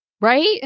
right